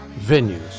venues